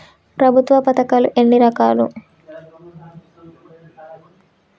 ప్రభుత్వ పథకాలు ఎన్ని రకాలు?